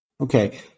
Okay